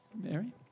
Mary